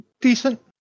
decent